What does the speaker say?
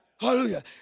Hallelujah